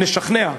נשכנע.